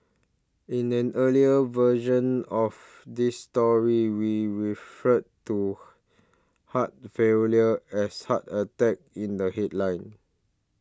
in an earlier version of this story we referred to heart failure as heart attack in the headline